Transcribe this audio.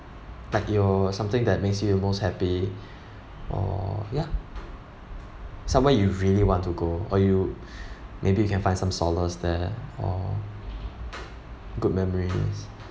like you something that makes you most happy or ya somewhere you really want to go or you maybe you can find some solars there or good memories